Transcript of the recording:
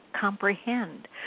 comprehend